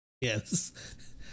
yes